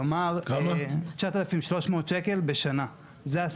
כלומר, זה הסכום --- עמלות.